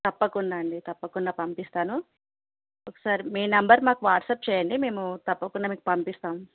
తప్పకుండా అండి తప్పకుండా పంపిస్తాను ఒకసారి మీ నంబర్ మాకు వాట్సప్ చేయండి మేము తప్పకుండా మీకు పంపిస్తాం